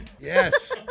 Yes